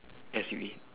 S U E